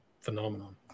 phenomenon